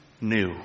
new